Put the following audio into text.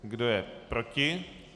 Kdo je proti?